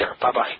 Bye-bye